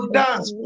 dance